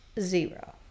zero